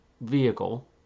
vehicle